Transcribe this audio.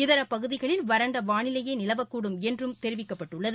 இதர பகுதிகளில் வறண்ட வாளிலையே நிலவக்கூடும் என்றும் தெரிவிக்கப்பட்டுள்ளது